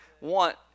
want